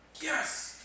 Yes